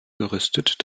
gerüstet